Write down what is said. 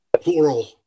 plural